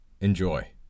Enjoy